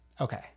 Okay